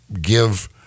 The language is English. give